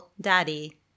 Daddy